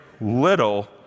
little